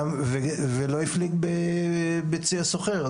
ולא הפליג בצי הסוחר.